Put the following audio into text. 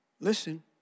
Listen